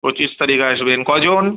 পঁচিশ তারিখ আসবেন কজন